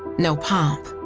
no pomp,